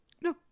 No